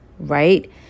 Right